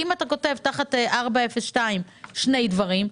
אם אתה כותב תחת 40-2 שני דברים,